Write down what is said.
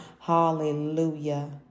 Hallelujah